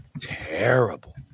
terrible